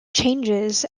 changes